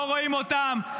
לא רואים אותם,